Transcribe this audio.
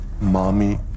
Mommy